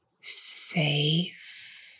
safe